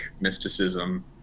mysticism